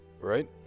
right